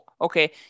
okay